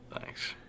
Thanks